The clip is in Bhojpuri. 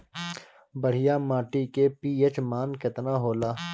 बढ़िया माटी के पी.एच मान केतना होला?